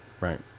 Right